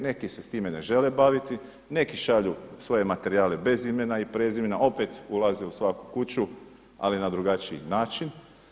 Neki se time ne žele baviti, neki šalju svoje materijale bez imena i prezimena, opet ulaze u svaku kuću, ali na drugačiji način.